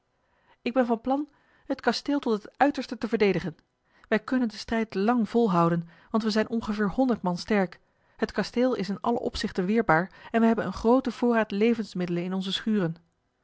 ik ben van plan het kasteel tot het uiterste te verdedigen wij kunnen den strijd lang volhouden want we zijn ongeveer honderd man sterk het kasteel is in alle opzichten weerbaar en we hebben een grooten voorraad levensmiddelen in onze schuren